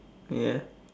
ya